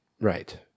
Right